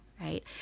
Right